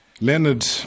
Leonard